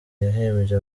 yahembye